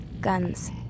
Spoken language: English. guns